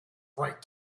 bright